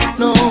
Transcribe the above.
no